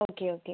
okay okay